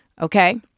Okay